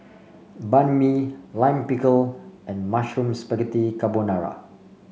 Banh Mi Lime Pickle and Mushroom Spaghetti Carbonara